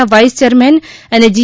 ના vice chairman અને જી